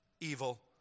Evil